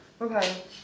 Okay